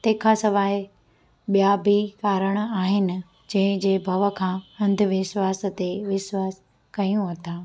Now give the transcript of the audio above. तंहिंखां सवाइ ॿियां बि कारण आहिनि जंहिं जे भउ खां अंधविश्वास ते विश्वासु कयूं था